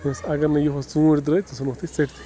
اگر نہٕ یُہُس ژوٗنٛٹھۍ درٛٲے ژٕ ژھٕنوتھ أسۍ ژٔٹتھٕے